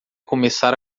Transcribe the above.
começar